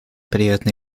приятно